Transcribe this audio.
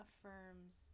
affirms